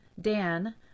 dan